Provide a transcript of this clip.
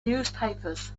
newspapers